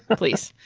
please.